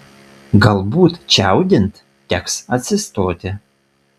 galbūt čiaudint teks atsistoti